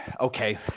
okay